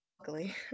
luckily